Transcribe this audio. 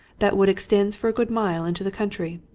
that wood extends for a good mile into the country.